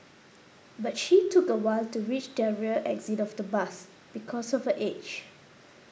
but she took a while to reach the rear exit of the bus because of her age